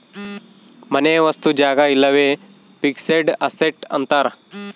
ಮನೆ ವಸ್ತು ಜಾಗ ಇವೆಲ್ಲ ಫಿಕ್ಸೆಡ್ ಅಸೆಟ್ ಅಂತಾರ